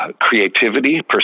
creativity